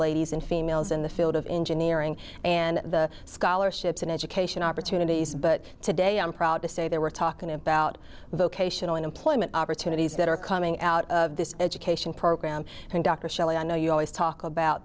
ladies and females in the field of engineering and the scholarships and education opportunities but today i'm proud to say that we're talking about vocational and employment opportunities that are coming out of this education program and dr shelley i know you always talk about